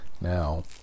Now